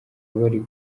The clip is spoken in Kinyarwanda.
bari